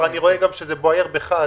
אני רגוע כי אני רואה שזה בוער גם בך.